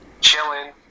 chilling